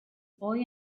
boy